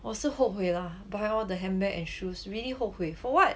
我也是后悔 ah buy all the handbag and shoes really 后悔 for what